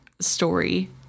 story